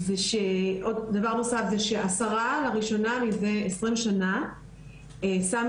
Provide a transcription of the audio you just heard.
דבר נוסף זה שהשרה לראשונה מזה 20 שנה שמה